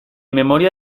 memoria